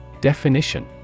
Definition